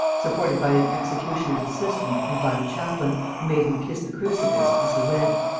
supported by an executioner's assistant and by the chaplain, who made him kiss the crucifix as he went.